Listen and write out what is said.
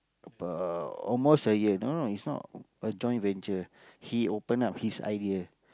about almost a year no no it's not a joint venture he open up his idea